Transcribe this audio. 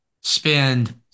spend